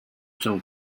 政府